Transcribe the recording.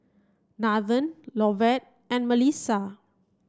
Nathen Lovett and Mellisa